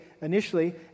initially